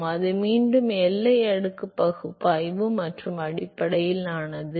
எனவே அது மீண்டும் எல்லை அடுக்கு பகுப்பாய்வு மற்றும் அடிப்படையிலானது